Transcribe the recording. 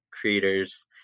creators